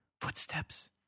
Footsteps